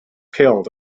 killed